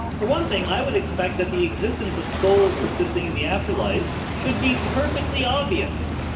for one thing, i would expect that the existence of souls persisting in the afterlife should be perfectly obvious.